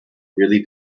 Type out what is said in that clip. really